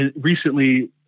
recently